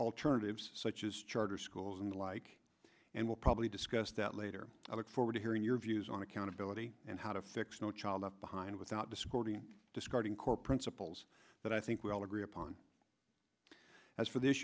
alternatives such as charter schools and the like and we'll probably discuss that later i look forward to hearing your views on accountability and how to fix no child left behind without discordian discarding core principles that i think we all agree upon as for this